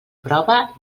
prova